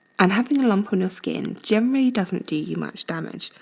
and having a lump on your skin generally doesn't do you much damage.